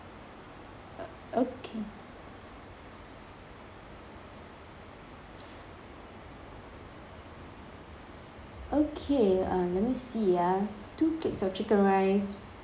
okay okay let me uh see ah two plates of chicken rice